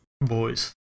Boys